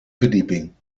verdieping